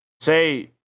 say